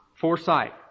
foresight